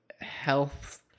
health